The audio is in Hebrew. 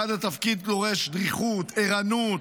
אחד, התפקיד דורש דריכות, ערנות,